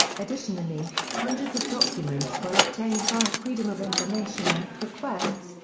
additionally, hundreds of documents were obtained via freedom of information act requests,